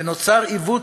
ונוצר עיוות,